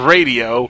Radio